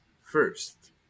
first